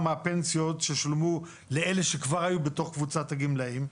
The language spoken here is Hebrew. מהפנסיות ששולמו לאלה שכבר היו בתוך קבוצת הגמלאים.